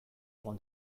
egon